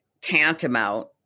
tantamount